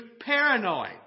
paranoid